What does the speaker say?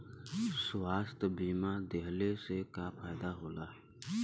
स्वास्थ्य बीमा लेहले से का फायदा होला?